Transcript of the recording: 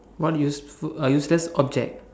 what useful uh useless object